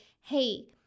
hey